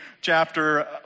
chapter